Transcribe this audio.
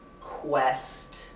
quest